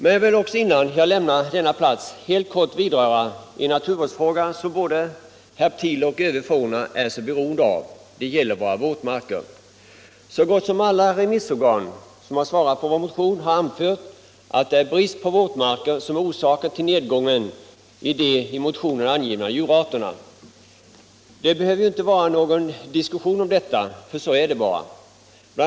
Men jag vill också innan jag lämnar denna plats helt kort vidröra en naturvårdsfråga som både herptiler och övrig fauna är så beroende av —- den gäller våra våtmarker. Så gott som alla remissorgan har ansett att bristen på våtmarker är orsaken till nedgången för de i motionen angivna djurarterna. Det behöver ju inte vara någon diskussion om detta —- så är det bara. Bl.